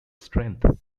strength